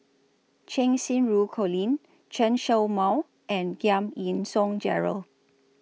Cheng Xinru Colin Chen Show Mao and Giam Yean Song Gerald